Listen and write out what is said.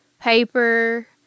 paper